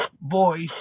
boys